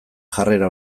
jarrera